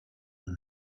know